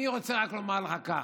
אני רוצה רק לומר לך כך: